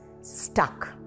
stuck